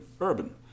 urban